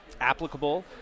applicable